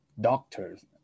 doctors